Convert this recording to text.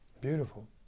Beautiful